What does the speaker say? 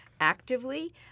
actively